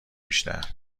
بیشتر